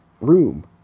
room